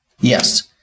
Yes